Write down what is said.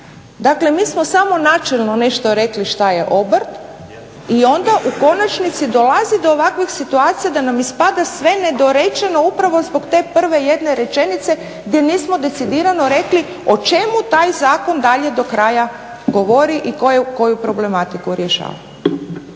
Dakle, mi smo samo načelno nešto rekli šta je obrt i onda u konačnici dolazi do ovakvih situacija da nam ispada sve nedorečeno upravo zbog te prve jedne rečenice gdje nismo decidirano rekli o čemu taj zakon dalje do kraja govori i koju problematiku rješava.